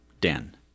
Dan